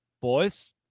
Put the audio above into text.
Boys